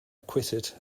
acquitted